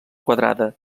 quadrada